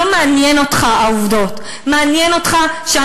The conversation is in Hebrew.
לא מעניינות אותך העובדות,